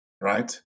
right